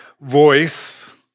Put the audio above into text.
voice